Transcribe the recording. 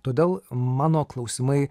todėl mano klausimai